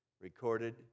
recorded